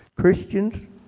Christians